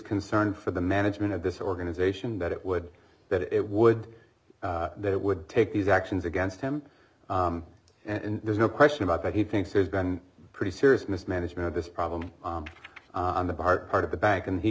concern for the management of this organization that it would that it would that it would take these actions against him and there's no question about that he thinks there's been pretty serious mismanagement of this problem on the part part of the bank and he